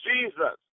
Jesus